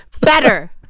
Better